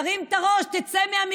תרים את הראש,